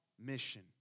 mission